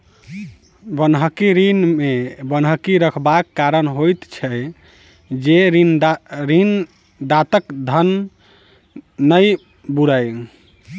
बन्हकी ऋण मे बन्हकी रखबाक कारण होइत छै जे ऋणदाताक धन नै बूड़य